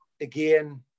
Again